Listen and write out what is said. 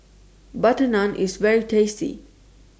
Butter Naan IS very tasty